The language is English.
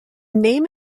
name